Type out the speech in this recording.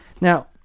Now